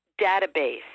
database